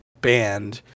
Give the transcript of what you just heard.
band